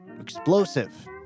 explosive